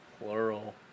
Plural